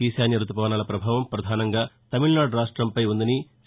ఈశాన్య ఋతుపవనాల ప్రభావం ప్రధానంగా తమిళనాడు రాష్టంపై ఉందని సి